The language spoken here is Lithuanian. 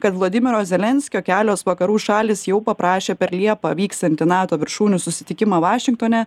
kad vladimiro zelenskio kelios vakarų šalys jau paprašė per liepą vyksiantį nato viršūnių susitikimą vašingtone